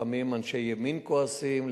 לפעמים אנשי ימין כועסים,